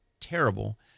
terrible